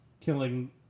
killing